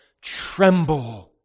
tremble